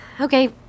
Okay